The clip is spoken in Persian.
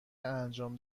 انجام